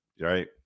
right